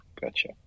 Gotcha